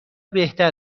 بهتر